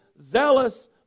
zealous